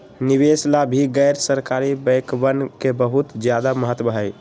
निवेश ला भी गैर सरकारी बैंकवन के बहुत ज्यादा महत्व हई